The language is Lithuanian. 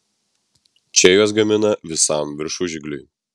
čia juos gamina visam viršužigliui